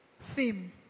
theme